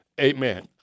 amen